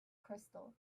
crystal